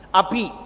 api